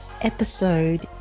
episode